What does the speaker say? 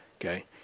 okay